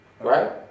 Right